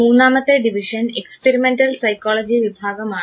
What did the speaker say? മൂന്നാമത്തെ division experimental psychology വിഭാഗമാണ്